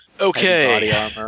Okay